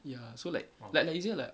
ya so like like easier like